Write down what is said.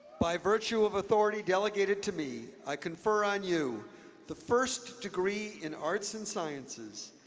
by virtue of authority delegated to me, i confer on you the first degree in arts and sciences,